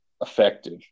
effective